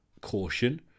caution